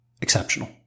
exceptional